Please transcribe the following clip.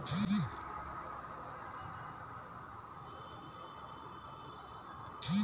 मे मेहर पैसा जमा करें बर चाहत हाव, छह महिना बर जमा करे ले कतक ब्याज मिलही?